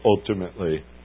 ultimately